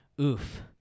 oof